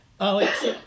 Alex